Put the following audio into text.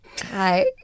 Hi